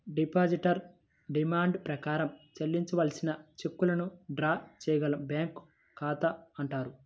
depositor demand ప్రకారం చెల్లించవలసిన చెక్కులను డ్రా చేయగల బ్యాంకు ఖాతా అంటారు